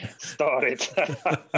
started